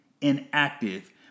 inactive